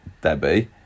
Debbie